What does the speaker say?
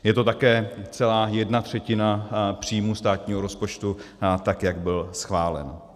Je to také celá jedna třetina příjmů státního rozpočtu, tak jak byl schválen.